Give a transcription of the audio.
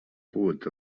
pogut